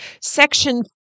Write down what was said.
Section